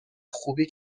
خوبی